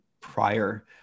prior